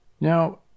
Now